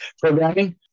programming